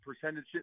percentage